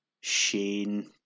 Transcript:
Shane